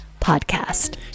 podcast